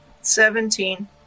Seventeen